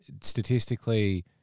Statistically